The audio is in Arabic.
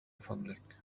فضلك